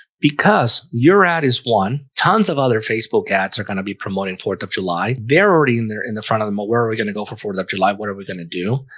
because your ad is one tons of other facebook ads are gonna be promoting fourth of july they're already in there in the front of the mall where we're gonna go for fourth and of july. what are we gonna do?